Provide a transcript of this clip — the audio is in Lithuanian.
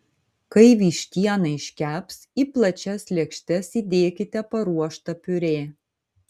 kai vištiena iškeps į plačias lėkštes įdėkite paruoštą piurė